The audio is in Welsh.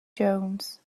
jones